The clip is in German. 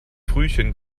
frühchen